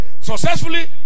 Successfully